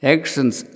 Actions